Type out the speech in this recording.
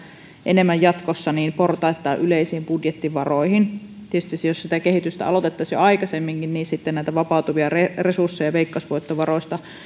enemmän portaittain yleisiin budjettivaroihin tietysti jos sitä kehitystä aloitettaisiin jo aikaisemmin niin sitten näitä vapautuvia resursseja veikkausvoittovaroista